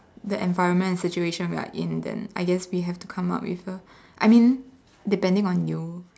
that environment and situation we are in then I guess we have to come out with A I mean depending on you